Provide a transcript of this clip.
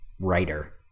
writer